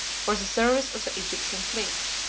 for the service of the egyptian fleet.